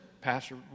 Pastor